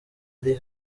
ari